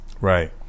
right